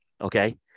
okay